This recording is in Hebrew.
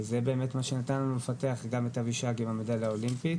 וזה באמת מה שנתן לנו לפתח גם את אבישג עם המדליה האולימפית,